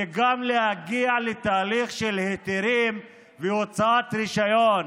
וגם להגיע לתהליך של היתרים והוצאת רישיון.